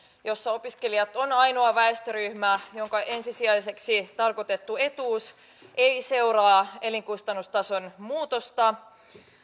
jossa opiskelijat on ainoa väestöryhmä jonka ensisijaiseksi tulonlähteeksi tarkoitettu etuus ei seuraa elinkustannustason muutosta